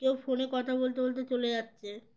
কেউ ফোনে কথা বলতে বলতে চলে যাচ্ছে